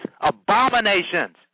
abominations